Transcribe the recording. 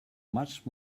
much